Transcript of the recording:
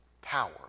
power